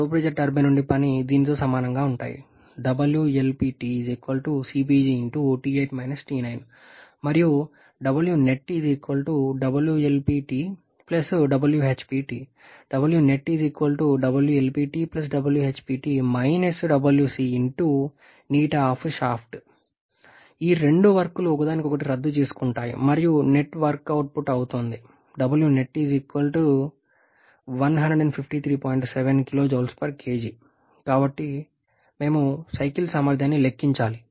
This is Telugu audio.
LP టర్బైన్ నుండి పని దీనితో సమానంగా ఉంటుంది మరియు అది మరియు అందువలన ఈ రెండు వర్క్లు ఒకదానికొకటి రద్దు చేసుకుంటున్నాయి మరియు నెట్వర్క్ అవుట్పుట్ అవుతోంది కాబట్టి మేము సైకిల్ సామర్థ్యాన్ని లెక్కించాలి